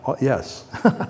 yes